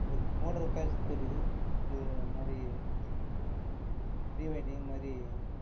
அந்த மோட்டார் இது அது மாதிரி ரீவைண்டிங் அது மாதிரி